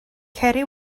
ceri